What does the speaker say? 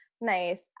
nice